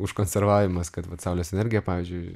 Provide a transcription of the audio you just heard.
užkonservavimas kad vat saulės energija pavyzdžiui